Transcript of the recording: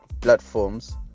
platforms